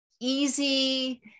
easy